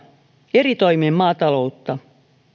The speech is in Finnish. eri toimin maataloutta